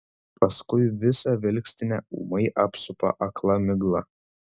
paskui visą vilkstinę ūmai apsupa akla migla